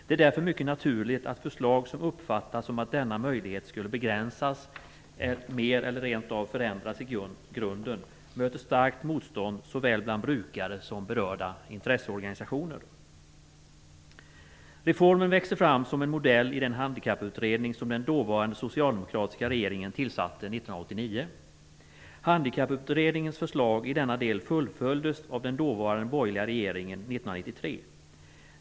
Det är därför mycket naturligt att förslag som uppfattas som att denna möjlighet skulle begränsas eller rent av förändras i grunden möter starkt motstånd såväl bland brukare som bland berörda intresseorganisationer. Reformen växte fram som en modell i den handikapputredning som den dåvarande socialdemokratiska regeringen tillsatte 1989. Handikapputredningens förslag i denna del fullföljdes av den dåvarande borgerliga regeringen 1993.